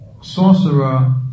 sorcerer